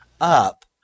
up